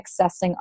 accessing